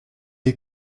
est